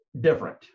different